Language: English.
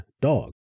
dog